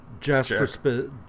Jasper